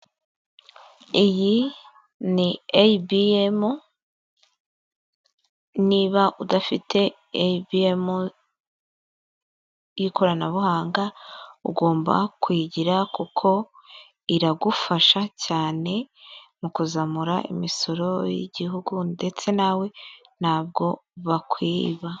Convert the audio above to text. Iyi ni eyibi emu, niba udafite eyibi emu y'ikoranabuhanga, ugomba kuyigira kuko iragufasha cyane mu kuzamura imisoro y'igihugu ndetse nawe ntabwo bakwiba.